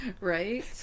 right